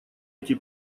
эти